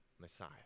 Messiah